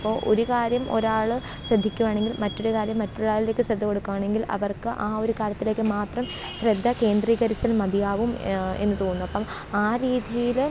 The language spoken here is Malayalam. അപ്പോൾ ഒരു കാര്യം ഒരാൾ ശ്രദ്ധിക്കുകയാണെങ്കില് മറ്റൊരു കാര്യം മറ്റൊരാളിലേക്ക് ശ്രദ്ധ കൊടുക്കുയാണെങ്കില് അവര്ക്ക് ആ ഒരു കാര്യത്തിലേക്ക് മാത്രം ശ്രദ്ധ കേന്ദ്രീകരിച്ചാല് മതിയാവും എന്ന് തോന്നുന്നു അപ്പം ആ രീതിയിൽ